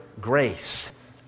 grace